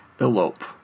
elope